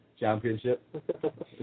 Championship